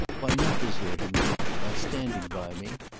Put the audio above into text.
by not deserting me. by standing by me.